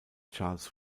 charles